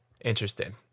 Interesting